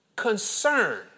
Concern